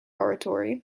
oratory